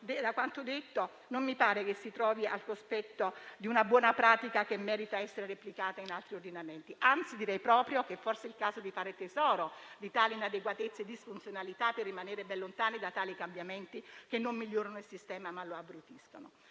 da quanto detto, non mi pare che ci si trovi al cospetto di una buona pratica che merita di essere replicata in altri ordinamenti, anzi, direi proprio che forse è il caso di fare tesoro di tali inadeguatezze e disfunzionalità per rimanere ben lontani da tali cambiamenti, che non migliorano il sistema, ma lo abbrutiscono.